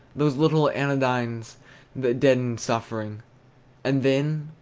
those little anodynes that deaden suffering and then,